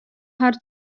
har